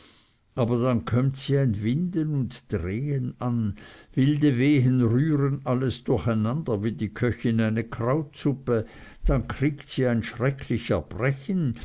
aber dann kömmt sie ein winden und drehen an wilde wehen rühren alles durcheinander wie die köchin eine krautsuppe dann kriegt sie ein schrecklich erbrechen